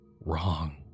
Wrong